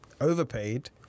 overpaid